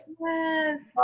Yes